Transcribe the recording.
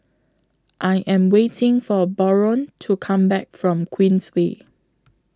I Am waiting For Barron to Come Back from Queensway